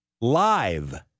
live